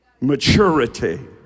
maturity